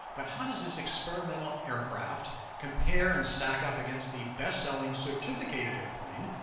but how does this experimental aircraft compare and stack up against the best-selling certificated airplane.